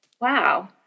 wow